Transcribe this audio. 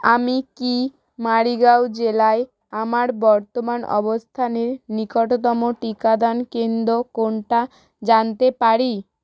আমি কি মারিগাঁও জেলায় আমার বর্তমান অবস্থানের নিকটতম টিকাদান কেন্দ্র কোনটা জানতে পারি